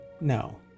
no